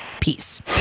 Peace